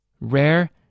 rare